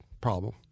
problem